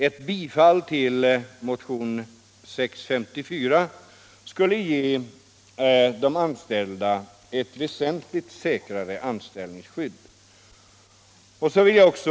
Eu bifall till= motionen 654 skulle ge de anställda ett väsentligt säkrare anställnings — Anställningsskydd. skydd.